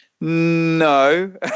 No